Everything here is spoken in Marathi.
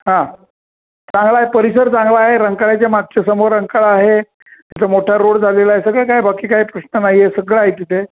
हा चांगला आहे परिसर चांगला आहे रंकाळाच्या मागच्यासमोर रंकाळा आहे तिथं मोठा रोड झालेला आहे सगळं काय बाकी काय प्रश्न नाही आहे सगळं आहे तिथे